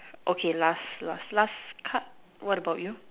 okay last last last part what about you